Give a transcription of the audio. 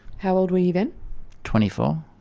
how old were you then? twenty-four.